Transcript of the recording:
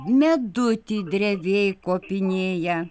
medutį drevėj kopinėja